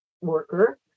worker